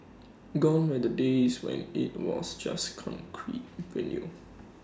gone are the days when IT was just concrete venue